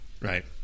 right